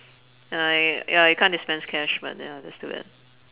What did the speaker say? ya it ya it can't dispense cash but ya that's too bad